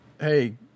Hey